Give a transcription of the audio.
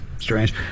strange